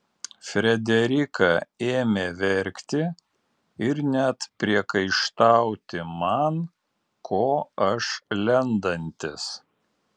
frederika ėmė verkti ir net priekaištauti man ko aš lendantis